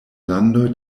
landoj